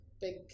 big